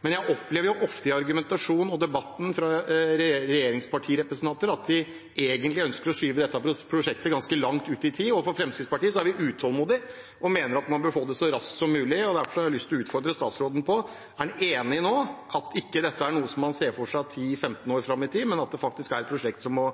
Jeg opplever ofte i argumentasjonen og debatten, fra regjeringspartirepresentanter, at de egentlig ønsker å skyve dette prosjektet ganske langt ut i tid. Fremskrittspartiet er utålmodig og mener man må få det så raskt som mulig. Derfor har jeg lyst til å utfordre statsråden på: Er han enig nå i at dette ikke er noe han ser for seg 10–15 år fram i tid, men at dette er et prosjekt som må